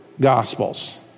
gospels